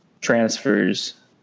transfers